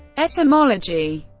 etymology